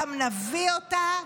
גם נביא אותה.